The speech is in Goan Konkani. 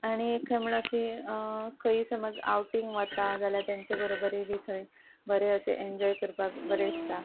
आनी एक अशीं खंय समज आवटींग वता जाल्यार तेंचे बरोबरय बी थंय बरे अशे एन्जॉय करपाक बरें दिसता